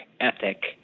ethic